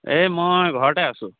এই মই ঘৰতে আছোঁ